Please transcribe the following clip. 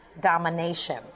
domination